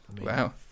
Wow